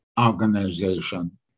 organization